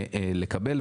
לקבל,